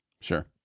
Sure